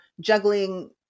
juggling